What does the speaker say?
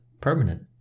permanent